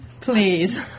please